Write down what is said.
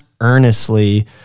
earnestly